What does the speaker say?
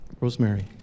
Rosemary